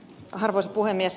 arvoisa puhemies